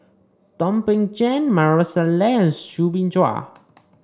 Thum Ping Tjin Maarof Salleh and Soo Bin Zhua